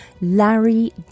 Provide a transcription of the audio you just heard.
Larry